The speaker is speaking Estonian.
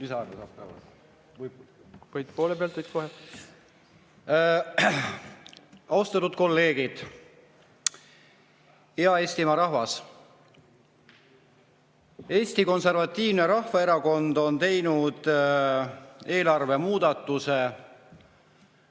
küsida poole pealt, võib kohe. Austatud kolleegid! Hea Eestimaa rahvas! Eesti Konservatiivne Rahvaerakond on teinud eelarve muudatuse